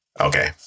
Okay